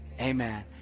amen